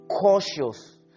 cautious